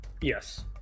Yes